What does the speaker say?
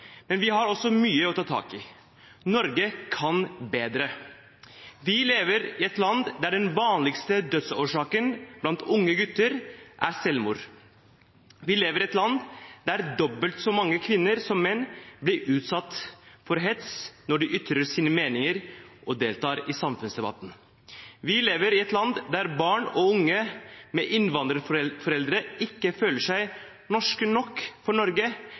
men vi har også mye å ta tak i. Norge kan bedre. Vi lever i et land der den vanligste dødsårsaken blant unge gutter er selvmord. Vi lever i et land der dobbelt så mange kvinner som menn blir utsatt for hets når de ytrer sine meninger og deltar i samfunnsdebatten. Vi lever i et land der barn og unge med innvandrerforeldre ikke føler seg norske nok for Norge